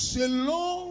selon